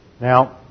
Now